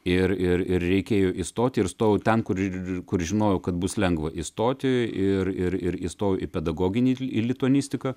ir ir ir reikėjo įstoti ir stojau ten kur ir kur žinojau kad bus lengva įstoti ir ir ir įstojau į pedagoginį lituanistiką